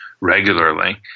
regularly